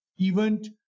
event